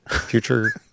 Future